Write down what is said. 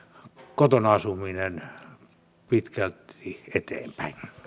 kotona asuminen pitkälti eteenpäin